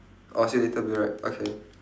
orh see you later bill right okay